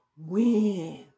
win